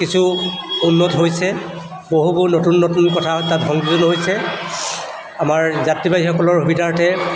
কিছু উন্নত হৈছে বহুবোৰ নতুন নতুন কথা তাত সংযোজন হৈছে আমাৰ যাত্ৰীবাহীসকলৰ সুবিধাৰৰ্থে